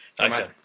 Okay